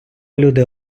люди